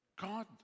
God